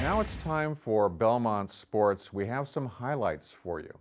now it's time for belmont sports we have some highlights for you